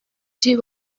two